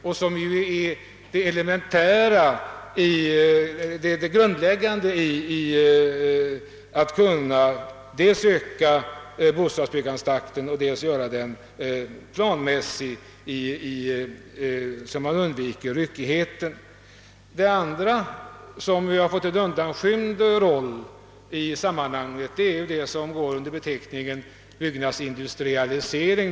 Detta är ju den grundläggande förutsättningen för att de skall kunna öka takten i bostadsbyggandet och planera bostadsbyggandet på sådant sätt att man undviker ryckighet. Den andra förutsättningen för att man skall kunna öka takten i bostadsbyggandet och göra det mer planmässigt — det förslaget har fått en mer undanskymd plats — är byggnadsindustrialiseringen.